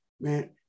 man